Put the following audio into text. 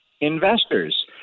investors